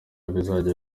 bizajya